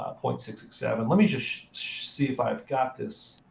ah point six six seven. let me just see if i've got this.